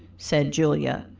said julia.